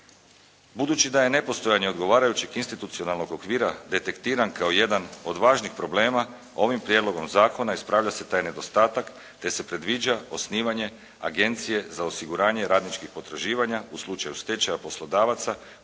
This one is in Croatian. Budući da je nepostojanje odgovarajućeg institucionalnog okvira detektiran kao jedan od važnih problema, ovim prijedlogom zakona ispravlja se taj nedostatak te se predviđa osnivanje agencije za osiguranje radničkih potraživanja u slučaju stečaja poslodavaca kao